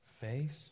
face